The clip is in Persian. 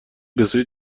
بسوی